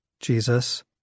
Jesus